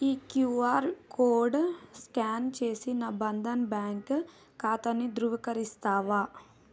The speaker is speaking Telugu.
ఈ క్యూఆర్ కోడ్ స్కాన్ చేసి నా బంధన్ బ్యాంక్ ఖాతాను ధృవీకరిస్తావా